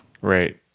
Right